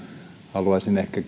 haluaisin